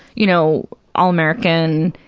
you know, all-american,